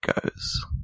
goes